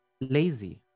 Lazy